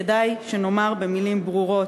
כדאי שנאמר במילים ברורות,